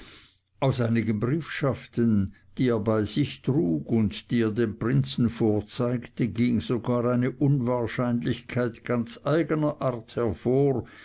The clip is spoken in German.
aus einigen briefschaften die er bei sich trug und die er dem prinzen vorzeigte ging sogar eine unwahrscheinlichkeit ganz eigner art hervor